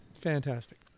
fantastic